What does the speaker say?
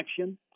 action